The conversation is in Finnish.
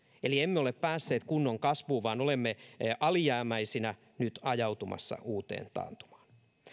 eli emme ole päässeet kunnon kasvuun vaan olemme alijäämäisinä nyt ajautumassa uuteen taantumaan